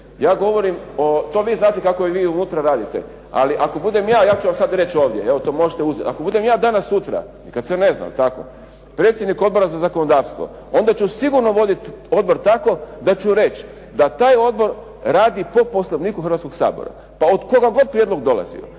Ja govorim, to vi znate kako i vi unutra radite, ali ako budem ja, ja ću vam sada reći ovdje, to možete uzeti. Ako budem ja danas sutra, nikada se ne zna je li tako, predsjednik Odbora za zakonodavstvo onda ću sigurno voditi odbor tako da ću reći da taj odbor radi po Poslovniku Hrvatskoga sabora. Pa od koga god prijedlog dolazio.